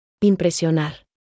Impresionar